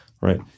Right